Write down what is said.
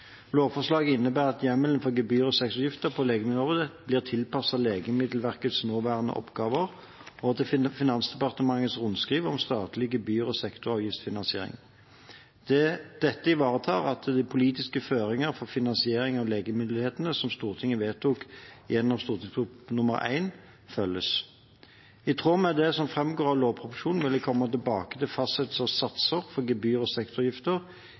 Lovforslaget innebærer at hjemmelen for gebyr og sektoravgifter på legemiddelområdet blir tilpasset Legemiddelverkets nåværende oppgaver og Finansdepartementets rundskriv om statlig gebyr- og sektoravgiftsfinansiering. Dette ivaretar at de politiske føringer for finansiering av legemyndighetene som Stortinget vedtok gjennom St.prp. nr. 1, følges. I tråd med det som framgår av lovproposisjonen, vil jeg komme tilbake til fastsettelse av satser for gebyr og